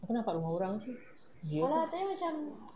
aku nampak rumah orang jer view apa